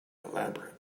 elaborate